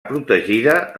protegida